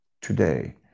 today